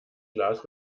glas